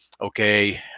okay